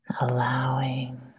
allowing